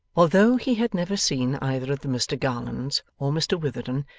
although he had never seen either of the mr garlands, or mr witherden,